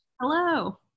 Hello